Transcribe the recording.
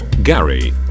Gary